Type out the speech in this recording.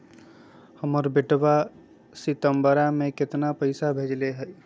हमर बेटवा सितंबरा में कितना पैसवा भेजले हई?